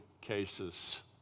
cases